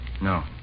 No